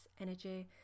energy